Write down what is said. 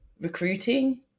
recruiting